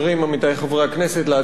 להצביע נגד ההצעה הזאת.